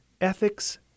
Ethics